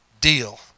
deal